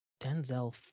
Denzel